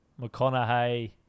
McConaughey